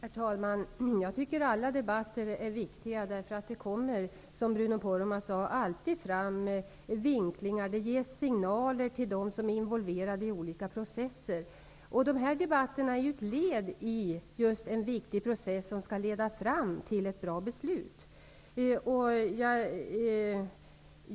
Herr talman! Jag tycker att alla debatter är viktiga eftersom det alltid, som Bruno Poromaa sade, leder till nya vinklingar och ger signaler till dem som är involverade i olika processer. De här debatterna är ju just ett led i en viktig process som skall leda fram till ett bra beslut.